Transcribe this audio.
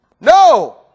No